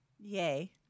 Yay